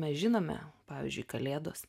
mes žinome pavyzdžiui kalėdos